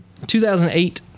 2008